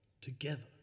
Together